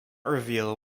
reveal